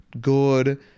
good